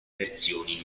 versioni